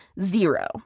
zero